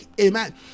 amen